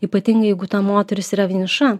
ypatingai jeigu ta moteris yra vieniša